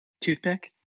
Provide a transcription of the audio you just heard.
toothpick